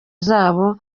zabo